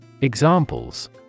Examples